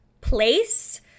place